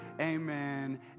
amen